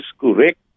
correct